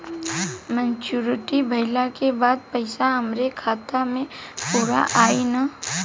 Maturity भईला के बाद पईसा हमरे खाता म पूरा आई न?